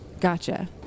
Gotcha